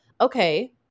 Okay